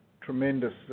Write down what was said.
tremendous